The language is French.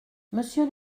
monsieur